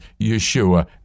Yeshua